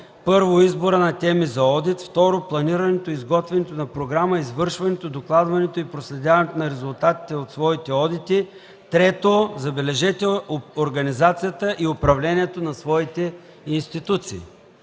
при: 1. избора на теми за одит; 2. планирането, изготвянето на програма, извършването, докладването и проследяването на резултатите от своите одити; 3. забележете, организацията и управлението на своите институции;